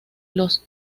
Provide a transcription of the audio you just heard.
los